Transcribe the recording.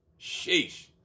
Sheesh